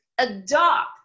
Adopt